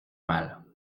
mal